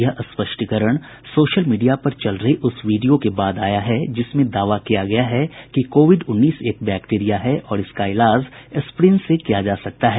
यह स्पष्टीकरण social media पर चल रहे उस वीडियो के बाद आया है जिसमें दावा किया गया है कि कोविड उन्नीस एक बैक्टीरिया है और इसका इलाज एस्प्रिन से किया जा सकता है